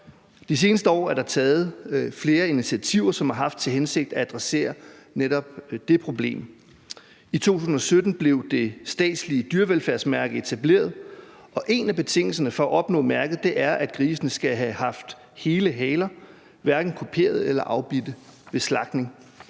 Det seneste år er der taget flere initiativer, som har haft til hensigt at adressere netop det problem. I 2017 blev det statslige dyrevelfærdsmærke etableret, og en af betingelserne for at opnå mærket er, at grisene skal have haft hele haler, hverken kuperede eller afbidte, ved slagtning.